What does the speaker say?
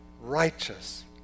righteous